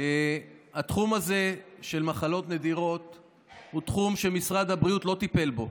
התחום הזה של מחלות נדירות הוא תחום שמשרד הבריאות לא טיפל בו.